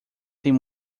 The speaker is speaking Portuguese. tem